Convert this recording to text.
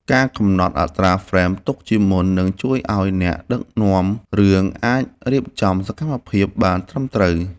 ការកំណត់អត្រាហ្វ្រេមទុកជាមុននឹងជួយឱ្យអ្នកដឹកនាំរឿងអាចរៀបចំសកម្មភាពបានត្រឹមត្រូវ។